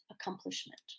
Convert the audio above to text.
accomplishment